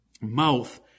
mouth